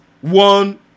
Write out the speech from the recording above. one